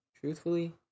truthfully